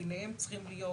ביניהם צריך להיות